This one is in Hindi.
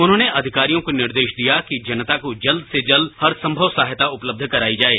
उन्होंने अधिकारियों को निर्देश दिया कि जनता को जल्द से जल्द हरसंगव सहायता उपलब्ध कराई जाये